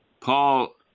Paul